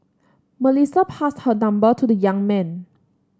Melissa passed her number to the young man